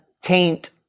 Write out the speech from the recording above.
taint